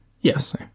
yes